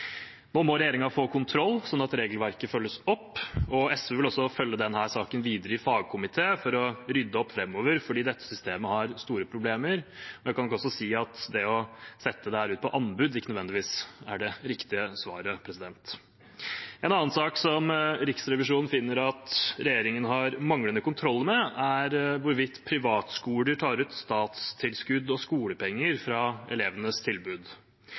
Nå må regjeringen få kontroll, slik at regelverket følges opp. SV vil følge denne saken videre i fagkomité for å rydde opp framover, fordi dette systemet har store problemer. Jeg kan også si at å sette dette ut på anbud ikke nødvendigvis er det riktige svaret. En annen sak som Riksrevisjonen finner at regjeringen har manglende kontroll med, er hvorvidt privatskoler tar ut statstilskudd og skolepenger fra elevenes tilbud.